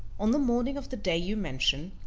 on the morning of the day you mention,